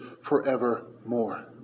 forevermore